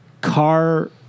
car